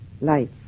life